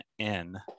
-N